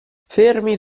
fermi